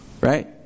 right